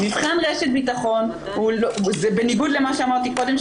מבחן רשת ביטחון זה בניגוד למה שאמרתי קודם,